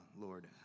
Lord